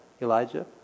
Elijah